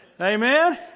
Amen